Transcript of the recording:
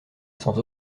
sans